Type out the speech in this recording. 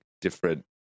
different